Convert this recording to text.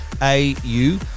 au